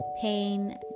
pain